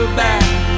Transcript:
back